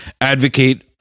advocate